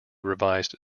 revised